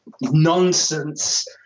nonsense